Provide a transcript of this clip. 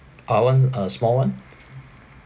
I want a small [one]